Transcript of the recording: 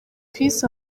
peace